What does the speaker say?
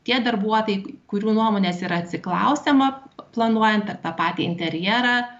tie darbuotojai kurių nuomonės yra atsiklausiama planuojant ar tą patį interjerą